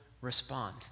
respond